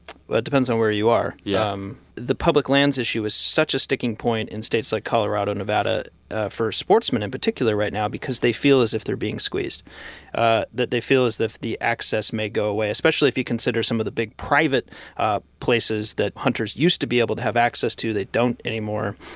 depends on where you are yeah um the public lands issue is such a sticking point in states like colorado, nevada for sportsmen in particular right now because they feel as if they're being squeezed ah that they feel as if the access may go away, especially if you consider some of the big private ah places that hunters used to be able to have access to. they don't anymore.